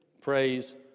praise